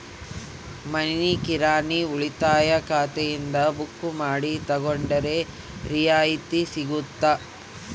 ಮನಿ ಕಿರಾಣಿ ಉಳಿತಾಯ ಖಾತೆಯಿಂದ ಬುಕ್ಕು ಮಾಡಿ ತಗೊಂಡರೆ ರಿಯಾಯಿತಿ ಸಿಗುತ್ತಾ?